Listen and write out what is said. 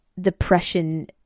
depression